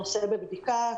הנושא בבדיקה.